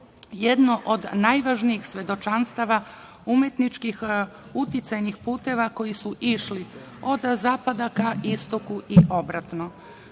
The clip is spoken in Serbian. jedno od najvažnijih svedočanstava umetničkih uticajnih puteva koji su išli od zapada ka istoku i obratno. Prvi